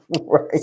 right